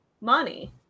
money